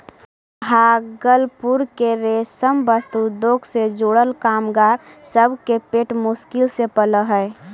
भागलपुर के रेशम वस्त्र उद्योग से जुड़ल कामगार सब के पेट मुश्किल से पलऽ हई